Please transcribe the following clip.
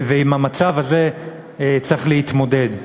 עם המצב הזה צריך להתמודד.